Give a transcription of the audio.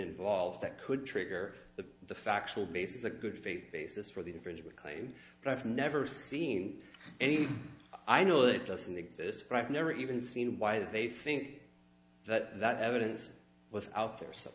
involved that could trigger the the factual basis a good faith basis for the infringement claim but i've never seen any i know that it doesn't exist but i've never even seen why they think that that evidence was out there so